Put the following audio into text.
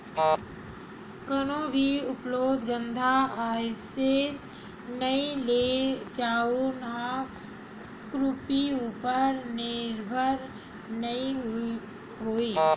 कोनो भी उद्योग धंधा अइसे नइ हे जउन ह कृषि उपर निरभर नइ होही